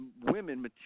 women